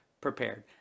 prepared